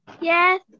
Yes